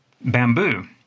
bamboo